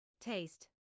taste